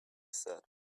said